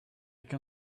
can